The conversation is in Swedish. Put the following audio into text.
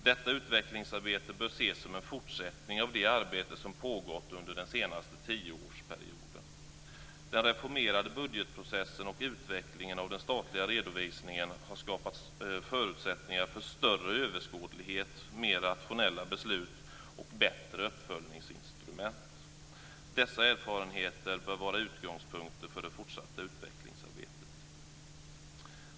Detta utvecklingsarbete bör ses som en fortsättning av det arbete som pågått under den senaste tioårsperioden. Den reformerade budgetprocessen och utvecklingen av den statliga redovisningen har skapat förutsättningar för större överskådlighet, mer rationella beslut och bättre uppföljningsinstrument. Dessa erfarenheter bör vara utgångspunkter för det fortsatta utvecklingsarbetet.